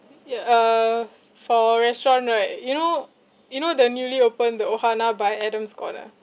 ya uh for restaurant right you know you know the newly opened the ohana by adam's corner